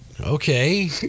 okay